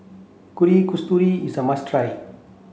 Kuih Kasturi is a must try